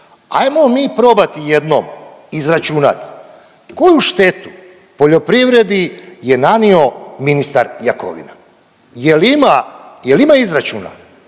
Hajmo mi probati jednom izračunati koju štetu poljoprivredi je nanio ministar Jakovina? Jel' ima izračuna?